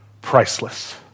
priceless